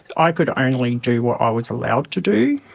i could only do what i was allowed to do.